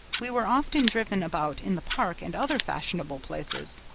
we were often driven about in the park and other fashionable places.